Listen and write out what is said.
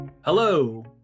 Hello